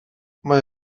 mae